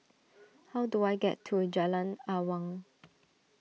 how do I get to Jalan Awang